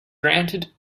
granted